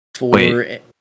Wait